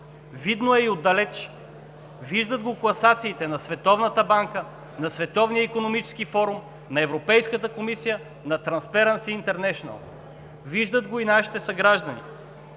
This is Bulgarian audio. видно е и отдалеч. Виждат го класациите на Световната банка, на Световния икономически форум, на Европейската комисия, на „Трансперънс интернешънъл“, виждат го и нашите съграждани.